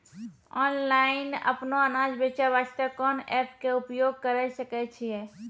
Online अपनो अनाज बेचे वास्ते कोंन एप्प के उपयोग करें सकय छियै?